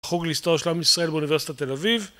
חוג להיסטוריה של עם ישראל באוניברסיטת תל אביב